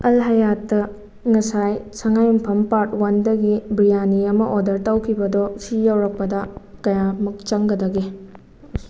ꯑꯜ ꯍꯥꯌꯥꯠꯇ ꯉꯁꯥꯏ ꯁꯉꯥꯏ ꯌꯨꯝꯐꯝ ꯄꯥꯔꯠ ꯋꯥꯟꯗꯒꯤ ꯕꯤꯔꯌꯥꯅꯤ ꯑꯃ ꯑꯣꯗꯔ ꯇꯧꯈꯤꯕꯗꯣ ꯁꯤ ꯌꯧꯔꯛꯄꯗ ꯀꯌꯥꯃꯨꯛ ꯆꯪꯒꯗꯒꯦ